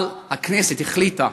אבל הכנסת החליטה,